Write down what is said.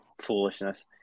foolishness